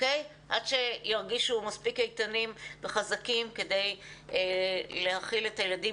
עד שירגישו מספיק איתנים וחזקים כדי להכיל את הילדים